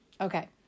okay